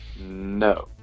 No